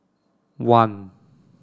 one